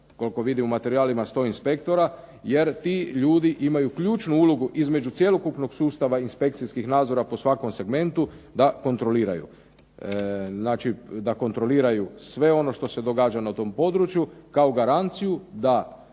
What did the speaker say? Koliko vidim u materijalima stoji inspektora, jer ti ljudi imaju ključnu ulogu između cjelokupnog sustava inspekcijskih nadzora po svakom segmentu da kontroliraju. Znači da kontroliraju sve ono što se događa na tom području kao garanciju da